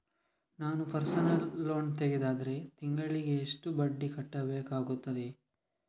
ನಾನು personal loan ತೆಗೆದರೆ ತಿಂಗಳಿಗೆ ಎಷ್ಟು ಬಡ್ಡಿ ಕಟ್ಟಬೇಕಾಗುತ್ತದೆ?